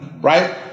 Right